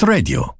Radio